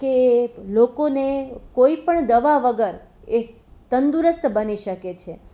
કે લોકોને કોઈપણ દવા વગર એ તંદુરસ્ત બની શકે છે